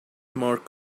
more